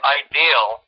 ideal